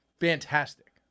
fantastic